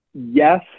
Yes